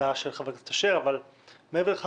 לערעור של חבר הכנסת אשר אבל מעבר לכך